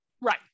Right